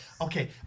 Okay